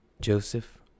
joseph